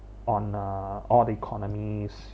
on uh all the economies